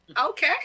Okay